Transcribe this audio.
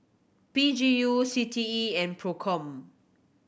P G U C T E and Procom